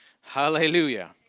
Hallelujah